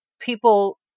people